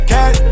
Cat